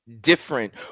different